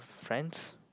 friends